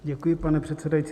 Děkuji, pane předsedající.